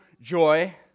joy